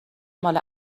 ماله